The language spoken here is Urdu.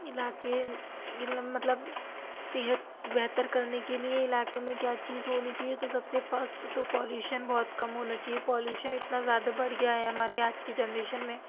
علاقے مطلب صحت بہتر کرنے کے لیے علاقے میں کیا چیز ہونی چاہیے تو سب سے فسٹ تو پالیوشن بہت کم ہونا چاہیے پالیوشن اتنا زیادہ بڑھ گیا ہے ہمارے آج کے جنریشن میں